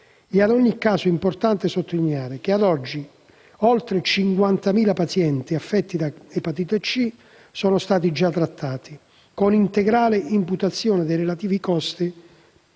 È ad ogni modo importante sottolineare che ad oggi oltre 50.000 pazienti affetti da epatite C sono stati già trattati, con integrale imputazione dei relativi costi